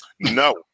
No